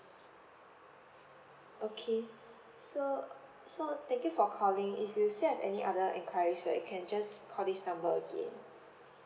okay so so thank you for calling if you still have any other enquiries right you can just call this number again